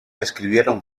escribieron